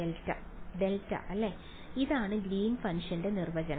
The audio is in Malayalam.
ഡെൽറ്റ ഡെൽറ്റ അല്ലേ ഇതാണ് ഗ്രീൻ ഫംഗ്ഷന്റെ നിർവചനം